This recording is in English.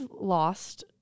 lost